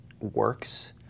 works